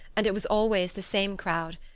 and it was always the same crowd,